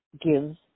gives